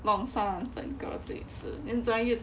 弄酸辣粉给自己吃 then 昨天又